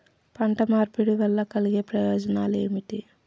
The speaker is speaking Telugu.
పంట మార్పిడి వల్ల కలిగే ప్రయోజనాలు ఏమిటి?